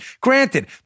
Granted